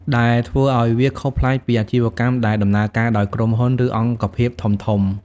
ដែលធ្វើឱ្យវាខុសប្លែកពីអាជីវកម្មដែលដំណើរការដោយក្រុមហ៊ុន ឬអង្គភាពធំៗ។